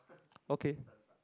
okay